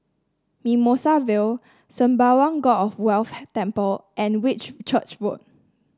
Mimosa Vale Sembawang God of Wealth Temple and Whitchurch Road